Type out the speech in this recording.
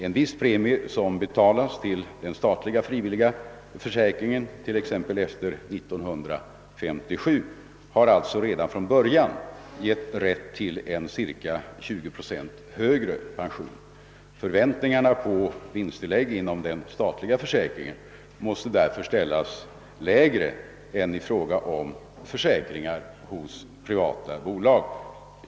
En viss premie som betalats till den statliga frivilliga försäkringen, t.ex. efter 1957, har alltså redan från början givit rätt till en ca 20 procent högre pension. Förväntningarna på vinsttillägg inom den statliga försäkringen måste därför ställas lägre än i fråga om försäkringar hos privata bolag.